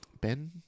Ben